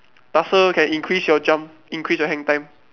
tussle can increase your jump increase your hang time